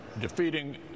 defeating